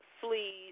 fleas